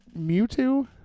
Mewtwo